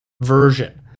version